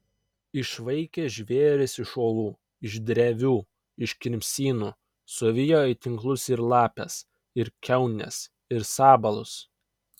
išvaikė žvėris iš olų iš drevių iš kimsynų suvijo į tinklus ir lapes ir kiaunes ir sabalus